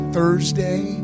Thursday